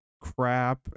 crap